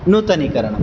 नूतनीकरणम्